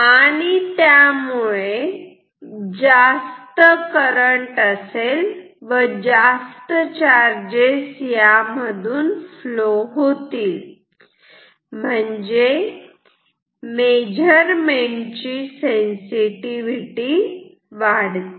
आणि त्यामुळे जास्त करंट असेल व जास्त चार्जेस यामधून फ्लो होतील म्हणजे मेजरमेंट ची सेन्सिटिव्हिटी वाढते